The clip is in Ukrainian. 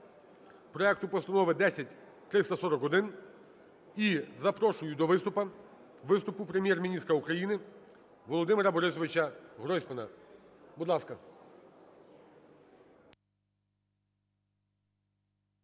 проекту Постанови 10341. І запрошую до виступу Прем'єр-міністра України Володимира Борисовича Гройсмана. Будь ласка.